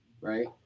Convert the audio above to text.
right